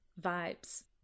vibes